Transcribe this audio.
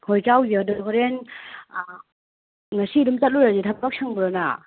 ꯍꯣꯏ ꯆꯥꯎꯁꯦ ꯑꯗꯨ ꯍꯣꯔꯦꯟ ꯉꯁꯤ ꯑꯗꯨꯝ ꯆꯠꯂꯨꯁꯤ ꯊꯕꯛ ꯁꯪꯕ꯭ꯔꯣ ꯅꯪ